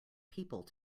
people